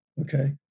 Okay